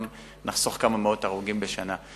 וגם נחסוך כמה מאות הרוגים בשנה.